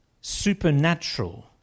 supernatural